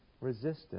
resistance